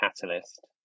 catalyst